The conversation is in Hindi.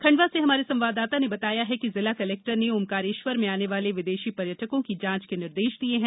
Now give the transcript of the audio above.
खंडवा से हमारे संवाददाता ने बताया है कि जिला कलेक्टर ने ओंकारेश्वर में आने वाले विदेशी पर्यटकों की जांच के निर्देश दिये हैं